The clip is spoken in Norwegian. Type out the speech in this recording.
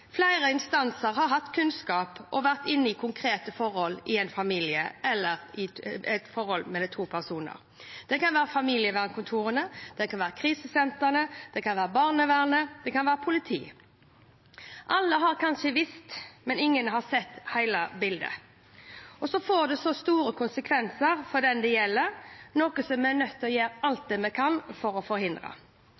Flere instanser har hatt kunnskap og vært inne i konkrete forhold i en familie eller i et forhold mellom to personer. Det kan være familievernkontorene, det kan være krisesentrene, det kan være barnevernet, det kan være politiet. Alle har kanskje visst, men ingen har sett hele bildet, og så får det så store konsekvenser for den det gjelder. Det er vi nødt til å gjøre alt